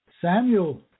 Samuel